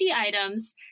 items